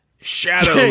Shadow